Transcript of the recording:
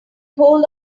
hold